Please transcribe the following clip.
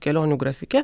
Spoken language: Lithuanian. kelionių grafike